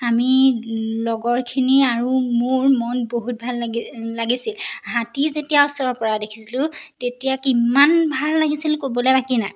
আমি লগৰখিনি আৰু মোৰ মন বহুত ভাল লাগে লাগিছিল হাতী যেতিয়া ওচৰৰ পৰা দেখিছিলোঁ তেতিয়া কিমান ভাল লাগিছিল ক'বলৈ বাকী নাই